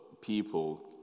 people